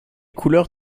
couleurs